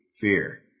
fear